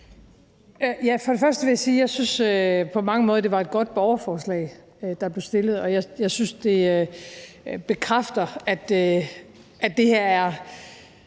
at det på mange måder var et godt borgerforslag, der blev fremsat. Jeg synes, det bekræfter, at det her er